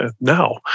now